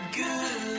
good